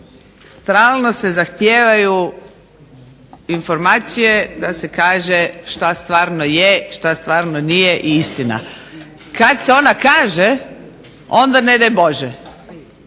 stalno se zahtijevaju informacije da se kaže šta stvarno je, šta stvarno nije istina. Kad se ona kaže onda ne daj Bože.